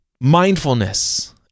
mindfulness